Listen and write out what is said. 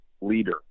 leader